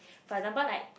for example like